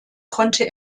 konnte